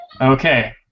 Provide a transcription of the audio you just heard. Okay